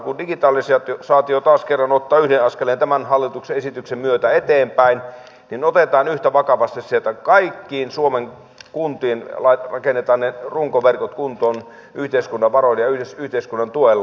kun digitalisaatio taas kerran ottaa yhden askeleen tämän hallituksen esityksen myötä eteenpäin niin otetaan yhtä vakavasti se että kaikkiin suomen kuntiin rakennetaan ne runkoverkot kuntoon yhteiskunnan varoilla ja yhteiskunnan tuella